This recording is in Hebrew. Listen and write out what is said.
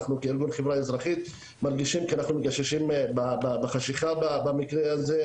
אנחנו כארגון חברה אזרחית מרגישים כי אנחנו מגששים באפלה במקרה הזה,